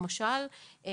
למשל,